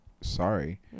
Sorry